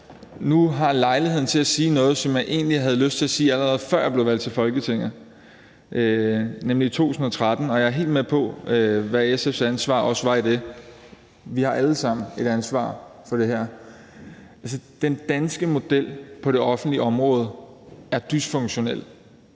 nu har lejlighed til at sige noget, som jeg egentlig havde lyst til at sige, allerede før jeg blev valgt til Folketinget i 2013 – og jeg er helt med på, hvad SF's ansvar også var i det, for vi har alle sammen et ansvar for det her: Den danske model på det offentlige område er dysfunktionel,